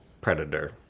Predator